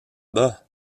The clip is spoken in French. bas